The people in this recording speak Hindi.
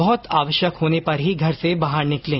बहुत आवश्यक होने पर ही घर से बाहर निकलें